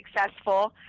successful